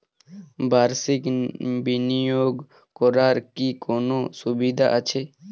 বাষির্ক বিনিয়োগ করার কি কোনো সুবিধা আছে?